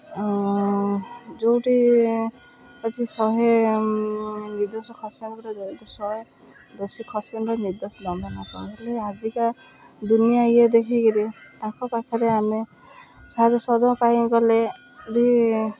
ଯେଉଁଠି ଅଛି ଶହେ ନିର୍ଦୋଷ ଶହେ ଦୋଶୀ ଖସୁଥିଲେ ନିର୍ଦୋଷ ଦଣ୍ଡ ନ ପାଉଥିଲେ ଆଜିକା ଦୁନିଆ ଇଏ ଦେଖିକିରି ତାଙ୍କ ପାଖରେ ଆମେ ସାହାଯ୍ୟ ସହଯୋଗ ପାଇଁ ଗଲେ ବି